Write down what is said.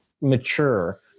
mature